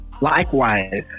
Likewise